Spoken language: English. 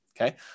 Okay